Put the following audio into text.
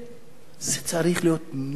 צריך להיות משהו מתוחכם